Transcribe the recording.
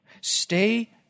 Stay